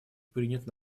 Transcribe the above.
принят